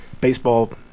baseball